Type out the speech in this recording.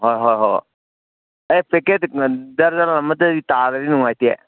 ꯍꯣꯏ ꯍꯣꯏ ꯍꯣꯏ ꯑꯦ ꯄꯦꯀꯦꯠ ꯗꯔꯖꯟ ꯑꯃꯗꯒꯤ ꯇꯥꯔꯗꯤ ꯅꯨꯡꯉꯥꯏꯇꯦ